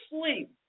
sleep